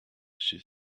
she